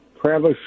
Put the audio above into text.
Travis